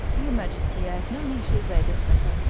your majesty has no need to obey this letter.